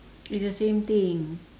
it's the same thing